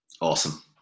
Awesome